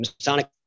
Masonic